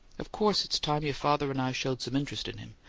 of course it's time your father and i showed some interest in him.